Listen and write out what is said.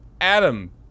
Adam